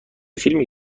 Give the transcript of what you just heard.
فیلمی